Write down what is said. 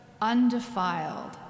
undefiled